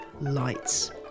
lights